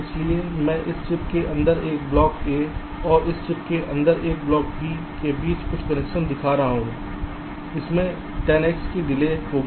इसलिए मैं इस चिप के अंदर एक ब्लॉक A और इस चिप के अंदर एक ब्लॉक B के बीच कुछ कनेक्शन दिखा रहा हूं इससे 10X की डिले होगी